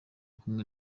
kumwe